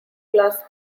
class